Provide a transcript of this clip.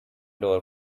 door